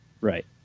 Right